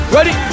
Ready